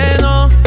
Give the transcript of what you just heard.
no